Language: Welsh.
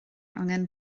angen